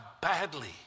badly